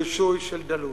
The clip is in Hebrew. רישוי של דלות.